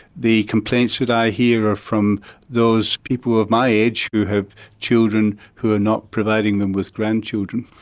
the complaints that i hear from those people of my age who have children who are not providing them with grandchildren.